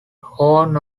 horn